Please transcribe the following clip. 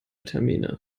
termine